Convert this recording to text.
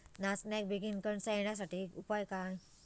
नाचण्याक बेगीन कणसा येण्यासाठी उपाय काय?